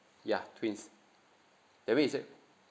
yeah twins that mean is it